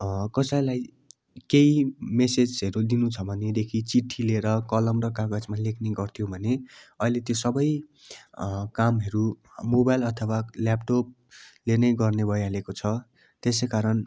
कसैलाई केही मेसेजहरू दिनु छ भनेदेखि चिठी लिएर कलम र कागजमा लेख्ने गऱ्थ्यो भने अहिले त्यो सबै कामहरू मोबाइल अथवा ल्यापटपले नै गर्ने भइहालेको छ त्यसै कारण